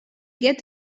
get